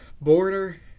border